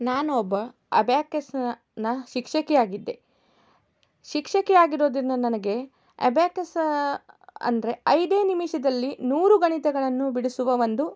ನಾನು ಒಬ್ಬ ಅಬ್ಯಾಕಸ್ನ ನ ಶಿಕ್ಷಕಿಯಾಗಿದ್ದೆ ಶಿಕ್ಷಕಿ ಆಗಿರೋದರಿಂದ ನನಗೆ ಅಬ್ಯಾಕಸ್ ಅಂದರೆ ಐದೇ ನಿಮಿಷದಲ್ಲಿ ನೂರು ಗಣಿತಗಳನ್ನು ಬಿಡಿಸುವ ಒಂದು